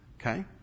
Okay